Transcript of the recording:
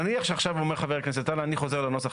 נניח שעכשיו אומר חבר הכנסת טל 'אני חוזר לנוסח